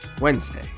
Wednesday